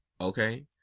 okay